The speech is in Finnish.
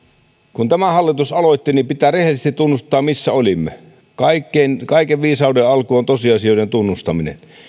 kun tämä hallitus aloitti niin pitää rehellisesti tunnustaa missä olimme kaiken viisauden alku on tosiasioiden tunnustaminen